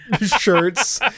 shirts